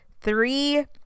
Three